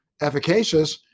efficacious